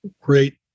great